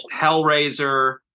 Hellraiser